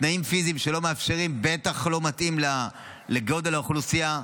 תנאים פיזיים שלא מאפשרים ובטח לא מתאימים לגודל האוכלוסייה.